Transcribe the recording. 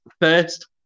first